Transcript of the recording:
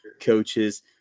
coaches